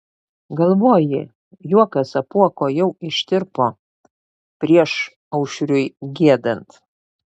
galvoji juokas apuoko jau ištirpo priešaušriui giedant